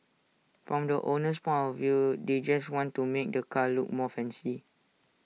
from the owner's point of view they just want to make the car look more fancy